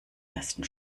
ersten